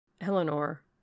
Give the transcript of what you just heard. Eleanor